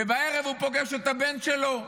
ובערב הוא פוגש את הבן שלו,